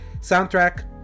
soundtrack